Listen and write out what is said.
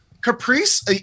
Caprice